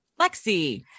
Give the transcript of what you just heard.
Lexi